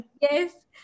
yes